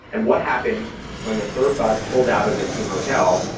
and what happens when the third bus pulls out of the team hotel?